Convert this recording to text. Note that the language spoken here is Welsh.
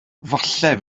falle